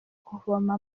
kuvoma